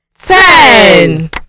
ten